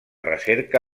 recerca